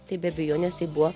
tai be abejonės tai buvo